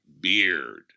beard